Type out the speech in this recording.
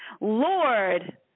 Lord